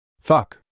Fuck